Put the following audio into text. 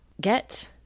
Get